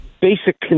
basic